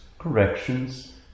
corrections